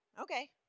okay